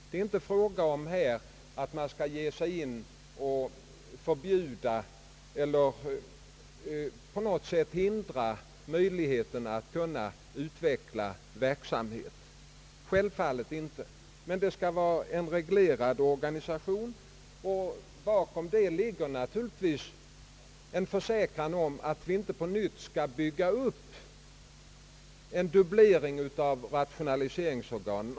Det är självfallet inte fråga om att förbjuda eller på något sätt hindra sällskapen att utveckla sin verksamhet, men det skall vara en reglerad organisation och därför krävs naturligtvis en försäkran om att det inte på nytt kommer att byggas upp en dubblering av rationaliseringsorganen.